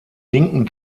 linken